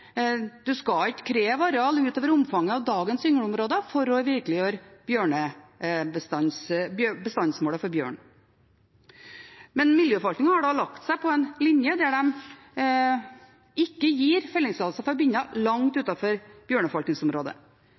kreve areal utover omfanget av dagens yngleområder for å virkeliggjøre bestandsmålet for bjørn. Men miljøforvaltningen har lagt seg på en linje der de ikke gir fellingstillatelse for binner langt